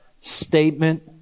statement